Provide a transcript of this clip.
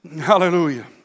Hallelujah